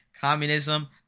Communism